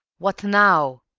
what now?